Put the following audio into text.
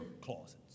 closets